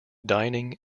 dining